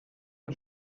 els